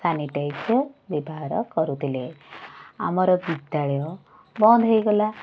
sanitiser ବ୍ୟବହାର କରୁଥିଲେ ଆମର ବିଦ୍ୟାଳୟ ବନ୍ଦ ହେଇଗଲା